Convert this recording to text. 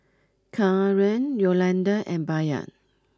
Kaaren Yolanda and Bayard